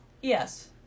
Yes